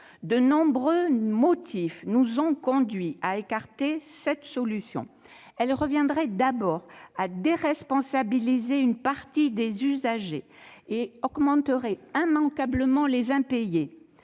de nombreux motifs nous ont conduits à écarter cette solution. Elle reviendrait d'abord à déresponsabiliser une partie des usagers et augmenterait immanquablement les impayés,